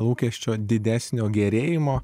lūkesčio didesnio gerėjimo